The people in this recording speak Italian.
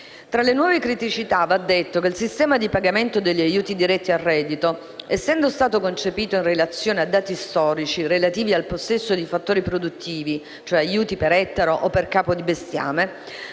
Tra le nuove criticità, va detto che il sistema di pagamento degli aiuti diretti al reddito, essendo stato concepito in relazione a dati storici relativi al possesso di fattori produttivi (cioè aiuti per ettaro o per capo di bestiame)